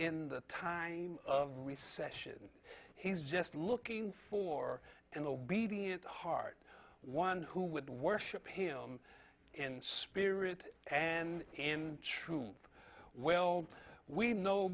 in the time of recession he's just looking for an obedient heart one who would worship him in spirit and in truth well we know